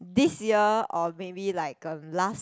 this year or maybe like um last